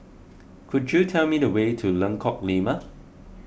could you tell me the way to Lengkok Lima